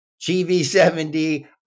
GV70